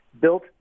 built